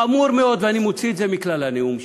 חמור מאוד, ואני מוציא את זה מכלל הנאום שלי,